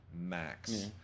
max